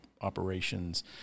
operations